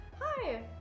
Hi